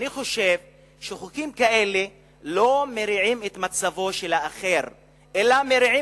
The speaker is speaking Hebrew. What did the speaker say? אני חושב שחוקים כאלה לא מרעים את מצבו של האחר אלא מרעים